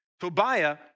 Tobiah